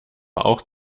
auch